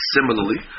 Similarly